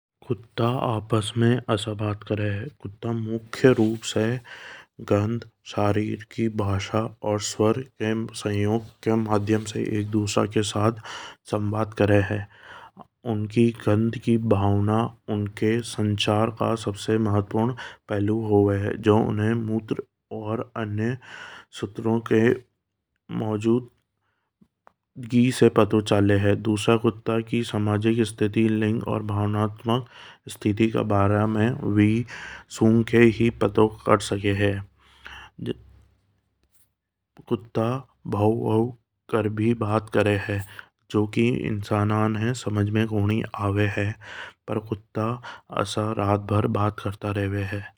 कुत्ता कसा बात करे है। कुत्ता गंध शरीर और सवार के माध्यम से बात करे है। उनकी नगढ़ की भावना उनके संचार का सबसे महत्वपूर्ण पहलू हावे है। उन्हें मूत्र और अन्य सूत्रों के मौजूद गंध से पता चले है। दूसरा कुत्ता की सामाजिक लिंग और भावनात्मक स्थिति के बारे में वे सिंह कर ही पतों कर सके है। कुत्ता भाऊ भाऊ करे भी बात करा है। जिनकी इंसाना ने समझ में कोनी आवे है। पर कुत्ता ऐसा रात भर बात करता रेवे है।